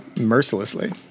mercilessly